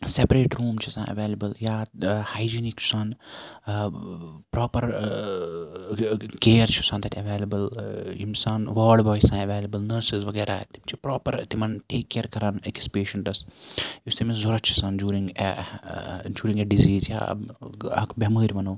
separate room چھِ آسان available یا ہایجیٖنِک چھُ آسان پروپَر کیر چھُ آسان تَتہِ ایویلیبٕل یِم چھِ آسان واڈ بوے چھ آسان ایویلیبٕل نٔرسِز وَغیرہ تِم چھِ پروپَر تِمَن ٹیک کیر کَران أکِس پیشَنٹَس یُس تٔمِس ضوٚرَتھ چھُ آسان جوٗرِنٛگ جوٗرِنٛگ اَےٚ ڈِزیٖز اکھ بیٚمٲرۍ وَنو